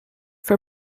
for